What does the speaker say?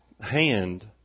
hand